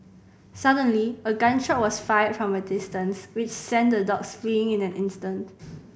suddenly a gun shot was fired from a distance which sent the dogs fleeing in an instant